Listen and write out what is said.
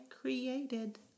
created